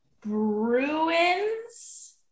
Bruins